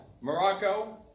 Morocco